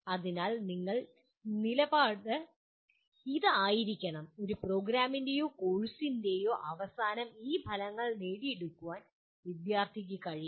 അതിനാൽ നിങ്ങൾ നിലപാട് ഇത് ആയിരിക്കണം ഒരു പ്രോഗ്രാമിന്റെയോ കോഴ്സിന്റെയോ അവസാനം ഈ ഫലങ്ങൾ നേടിയെടുക്കാൻ വിദ്യാർത്ഥിക്ക് കഴിയണം